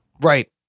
Right